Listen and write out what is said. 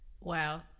Wow